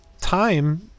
time